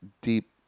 deep